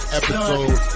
episode